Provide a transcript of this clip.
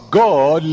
god